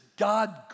God